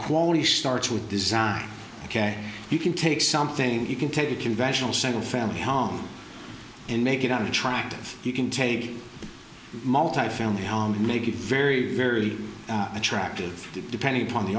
quality starts with design ok you can take something you can take a conventional single family home and make it an attractive you can take the multifamily home and make it very very attractive depending upon the